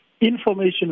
information